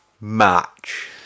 match